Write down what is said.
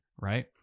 Right